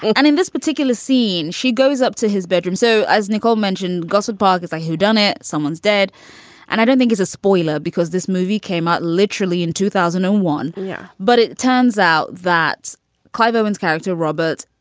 and in this particular scene, she goes up to his bedroom. so as nicole mentioned, gosford park is a whodunit. someone's dead and i don't think it's a spoiler because this movie came out literally in two thousand and one. yeah, but it turns out that clive owen's character, robert,